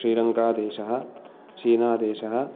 श्रीलङ्कादेशः चीनादेशः